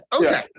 Okay